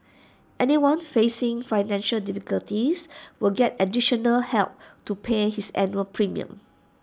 anyone facing financial difficulties will get additional help to pay his annual premium